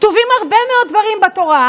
כתובים הרבה מאוד דברים בתורה.